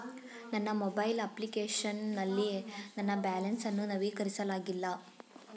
ನನ್ನ mobile application ನಲ್ಲಿ ನನ್ನ ಬ್ಯಾಲೆನ್ಸ್ ಅನ್ನು ನವೀಕರಿಸಲಾಗಿಲ್ಲ